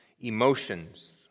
emotions